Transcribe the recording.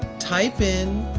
type in